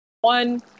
one